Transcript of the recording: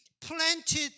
planted